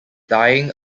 dying